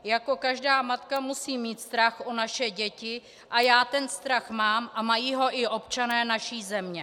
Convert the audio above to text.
Jako každá matka musím mít strach o naše děti a já ten strach mám a mají ho i občané naší země.